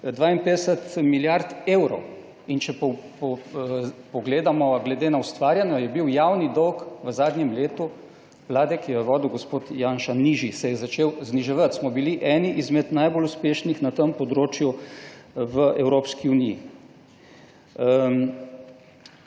52 milijard evrov. In če pogledamo glede na ustvarjeno, je bil javni dolg v zadnjem letu Vlade, ki jo je vodil gospod Janša, nižji, se je začel zniževati. Smo bili eni izmed najbolj uspešnih na tem področju v Evropski uniji.